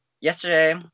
yesterday